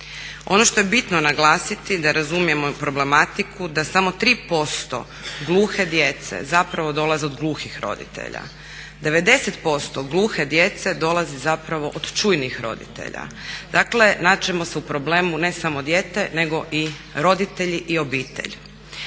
Ono što je bitno naglasiti da razumijemo problematiku da samo 3% gluhe djece zapravo dolaze od gluhih roditelja. 90% gluhe djece dolazi zapravo od čujnih roditelja. Dakle, naći ćemo se u problemu ne samo dijete nego i roditelji i obitelj.